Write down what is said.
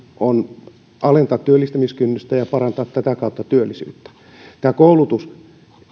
on kuitenkin alentaa työllistämiskynnystä ja parantaa sitä kautta työllisyyttä tämä koulutus